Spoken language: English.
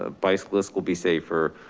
ah bicyclists will be safer,